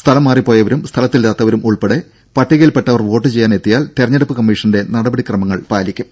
സ്ഥലം മാറിപ്പോയവരും സ്ഥലത്തില്ലാത്തവരും ഉൾപ്പെടെ പട്ടികയിൽപ്പെട്ടവർ വോട്ട് ചെയ്യാൻ എത്തിയാൽ തെരഞ്ഞെടുപ്പ് കമ്മീഷന്റെ നടപടിക്രമങ്ങൾ പാലിക്കും